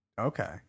Okay